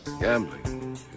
Gambling